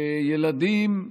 שילדים,